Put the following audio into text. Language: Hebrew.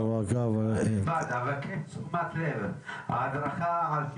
עכשיו, בני בגין, הבטחתי לך לעשות